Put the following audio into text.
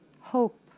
hope